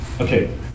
Okay